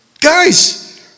guys